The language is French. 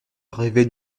arrivait